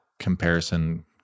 comparison